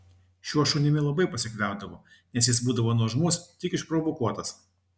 šiuo šunimi labai pasikliaudavo nes jis būdavo nuožmus tik išprovokuotas